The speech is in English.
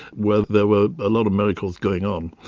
where there were a lot of miracles going on.